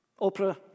Oprah